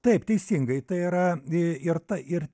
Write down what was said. taip teisingai tai yra ir ta ir